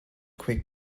quick